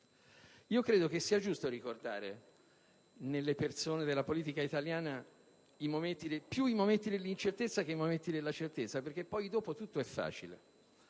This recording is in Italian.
Credo che sia giusto ricordare nei personaggi della politica italiana più i momenti dell'incertezza che quelli della certezza perché questa, dopo tutto, è facile.